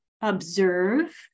observe